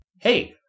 hey